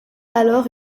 alors